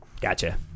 Gotcha